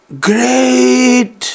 Great